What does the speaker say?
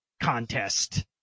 contest